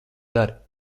dari